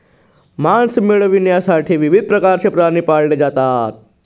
मांस मिळविण्यासाठी विविध प्रकारचे प्राणी पाळले जातात